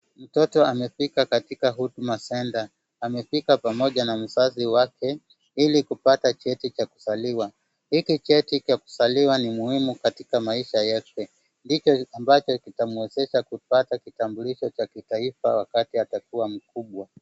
Mtoto amefika katika Huduma Center. Amefika pamoja na mzazi wake, ili kupata cheti cha kuzaliwa. Hiki cheti cha kuzaliwa ni muhimu katika maisha yake, ndicho ambacho kitamwezesha kupata kitambulisho cha kitaifa wakati atakuwa mkubwa.